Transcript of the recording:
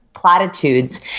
platitudes